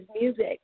music